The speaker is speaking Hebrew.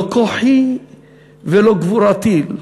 לא כוחי ולא גבורתי.